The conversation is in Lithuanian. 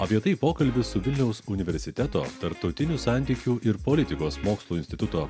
apie tai pokalbis su vilniaus universiteto tarptautinių santykių ir politikos mokslų instituto